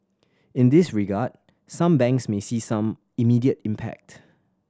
in this regard some banks may see some immediate impact